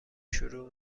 شروع